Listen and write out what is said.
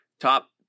top